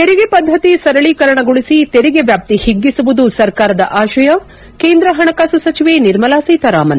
ತೆರಿಗೆ ಪದ್ಧತಿ ಸರಳೀಕರಣಗೊಳಿಸಿ ತೆರಿಗೆ ವ್ಯಾಪ್ತಿ ಹಿಗ್ಗಿಸುವುದು ಸರ್ಕಾರದ ಆಶಯ ಕೇಂದ್ರ ಹಣಕಾಸು ಸಚಿವೆ ನಿರ್ಮಲಾ ಸೀತಾರಾಮನ್